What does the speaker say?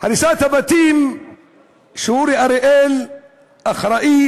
הריסת הבתים שאורי אריאל אחראי